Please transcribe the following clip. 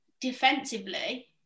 defensively